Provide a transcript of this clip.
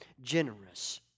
generous